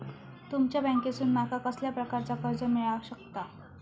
तुमच्या बँकेसून माका कसल्या प्रकारचा कर्ज मिला शकता?